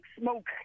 smoke